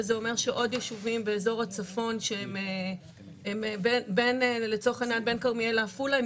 וזה אומר שעוד יישובים באזור הצפון שהם בין כרמיאל לעפולה,